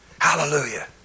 Hallelujah